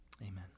Amen